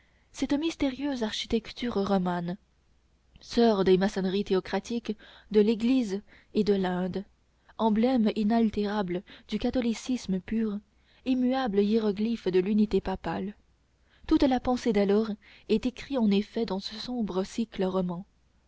cette mystérieuse architecture romane soeur des maçonneries théocratiques de l'égypte et de l'inde emblème inaltérable du catholicisme pur immuable hiéroglyphe de l'unité papale toute la pensée d'alors est écrite en effet dans ce sombre style roman